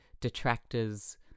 detractors